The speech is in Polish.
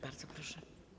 Bardzo proszę.